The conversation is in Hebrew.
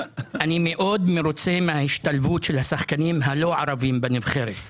אני מאוד מרוצה מההשתלבות של השחקנים הלא ערבים בנבחרת.